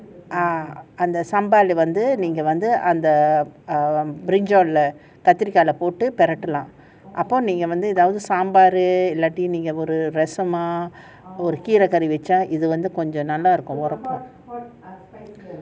ah அந்த சாம்பார்ல வந்து நீங்க வந்து அந்த:antha saambarla vanthu neenga vanthu antha and the brinjal lah கத்திரிக்காவ போட்டு பிரட்டலாம் அப்போ நீங்க வந்து எதாவது சாம்பாரு இல்லாட்டி நீங்க ஒரு ரெசமா ஒரு கீற கறி வச்சா இது வந்து கொஞ்சம் நல்லா இருக்கும் ஒரப்பா:kathirikkaava potu pirattalaam appo neenga vanthu ethavathu saambaru illati neenga oru resama oru keera kari vacha ithu vanthu konjam nalla irukum orapa